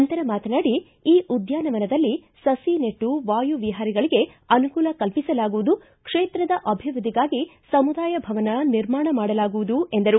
ನಂತರ ಮಾತನಾಡಿ ಈ ಉದ್ಯಾನವನದಲ್ಲಿ ಸಸಿ ನೆಟ್ಟು ವಾಯುವಿಹಾರಿಗಳಿಗೆ ಅನುಕೂಲ ಕಲ್ಪಿಸಲಾಗುವುದು ಕ್ಷೇತ್ರದ ಅಭಿವೃದ್ದಿಗಾಗಿ ಸಮುದಾಯ ಭವನ ನಿರ್ಮಾಣ ಮಾಡಲಾಗುವುದು ಎಂದರು